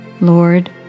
Lord